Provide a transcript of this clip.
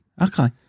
Okay